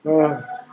!wah!